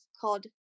called